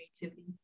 creativity